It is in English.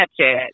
Snapchat